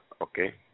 Okay